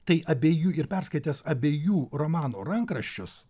tai abiejų ir perskaitęs abiejų romanų rankraščius